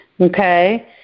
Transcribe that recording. Okay